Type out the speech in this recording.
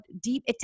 deep